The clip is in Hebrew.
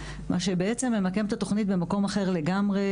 מה שבעצם ממקם את התוכנית במקום אחר לגמרי.